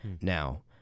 Now